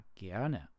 gerne